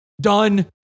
Done